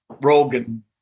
Rogan